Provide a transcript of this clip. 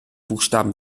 buchstaben